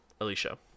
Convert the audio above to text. Alicia